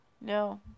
No